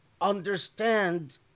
understand